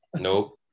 Nope